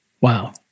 wow